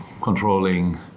controlling